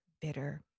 Bitter